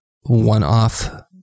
one-off